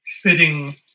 fitting